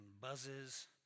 buzzes